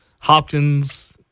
Hopkins